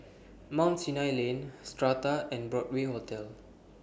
Mount Sinai Lane Strata and Broadway Hotel